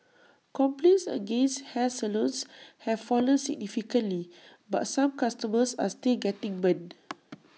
complaints against hair salons have fallen significantly but some customers are still getting burnt